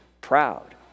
proud